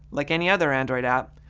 like any other android app,